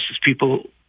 people